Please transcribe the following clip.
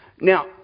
Now